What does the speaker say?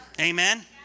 Amen